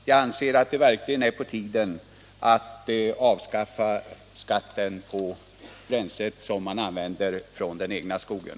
Jag anser att det verkligen är på tiden att avskaffa skatten på det bränsle som man använder från den egna skogen.